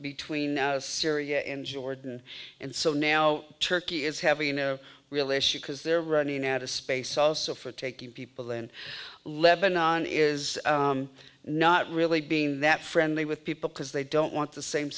between syria and jordan and so now turkey is having a real issue because they're running out of space also for taking people in lebanon is not really being that friendly with people because they don't want the same